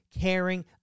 caring